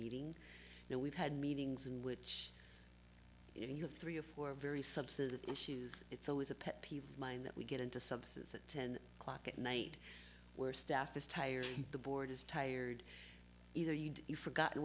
meeting that we've had meetings in which you have three or four very substantive issues it's always a pet peeve of mine that we get into substance at ten o'clock at night where staff is tired the board is tired either you you forgot